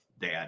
dad